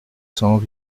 cents